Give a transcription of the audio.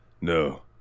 no